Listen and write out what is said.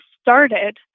started